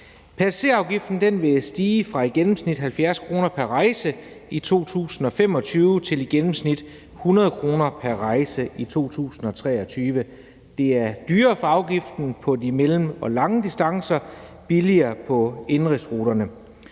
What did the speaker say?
Passagerafgiften vil stige fra i gennemsnit 70 kr. pr. rejse i 2025 til i gennemsnit 100 kr. pr. rejse i 2030. Det er dyrere med afgiften på mellemdistancerne og de lange distancer og billigere på indenrigsruterne.